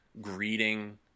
greeting